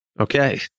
Okay